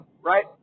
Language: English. right